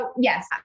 yes